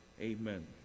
Amen